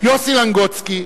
יוסי לנגוצקי,